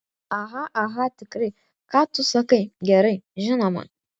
aha aha tikrai ką tu sakai gerai žinoma